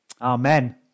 Amen